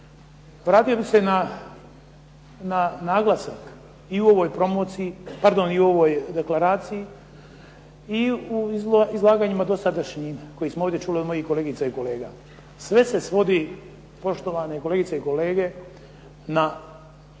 promociji, pardon i u ovoj deklaraciji i u izlaganjima dosadašnjim koje smo ovdje čuli od mojih kolegica i kolega. Sve se svodi poštovane kolegice i kolege na